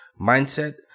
mindset